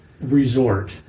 resort